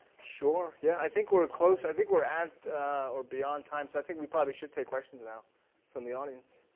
sure, yeah, i think we're close. i think we're at or beyond time, so i think we probably should take questions now from the audience.